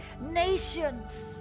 nations